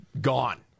gone